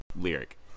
lyric